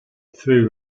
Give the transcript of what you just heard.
through